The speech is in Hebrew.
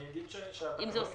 אני רק רוצה להגיד לחברי הוועדה,